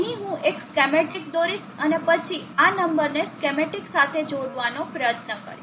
અહીં હું એક સ્કેમેટીક દોરીશ અને પછી આ નંબરને સ્કેમેટીક સાથે જોડવાનો પ્રયત્ન કરીશ